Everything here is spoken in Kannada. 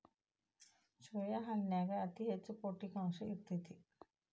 ಸೋಯಾ ಹಾಲನ್ಯಾಗ ಅತಿ ಹೆಚ್ಚ ಪೌಷ್ಟಿಕಾಂಶ ಇರ್ತೇತಿ